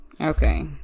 okay